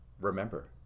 remember